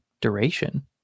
duration